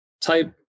type